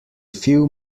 few